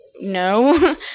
no